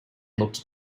looked